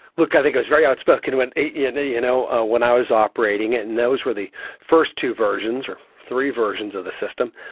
look, i think i was very outspoken when, yeah and you know, when i was operating, and and those were the first two versions, or three versions of the system.